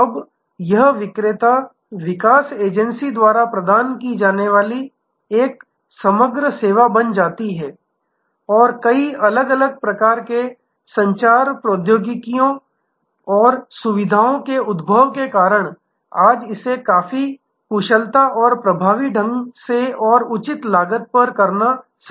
अब यह विक्रेता विकास एजेंसी द्वारा प्रदान की जाने वाली एक समग्र सेवा बन जाती है और कई अलग अलग प्रकार के संचार प्रौद्योगिकियों और सुविधाओं के उद्भव के कारण आज इसे काफी कुशलता और प्रभावी ढंग से और उचित लागत पर करना संभव है